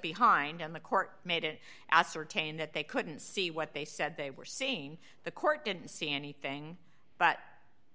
behind on the court made it ascertain that they couldn't see what they said they were seen the court didn't see anything but